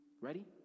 Ready